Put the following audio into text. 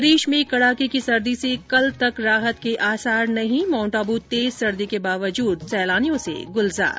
प्रदेश में कड़ाके की सर्दी से कल तक राहत के आसार नहीं माउंट आबू तेज सर्दी के बावजूद सैलानियों से गुलजार